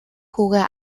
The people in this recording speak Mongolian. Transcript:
хүүгээ